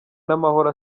n’amahoro